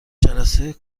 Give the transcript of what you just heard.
جلسه